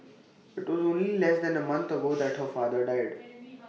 IT was only less than A month ago that her father died